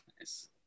Nice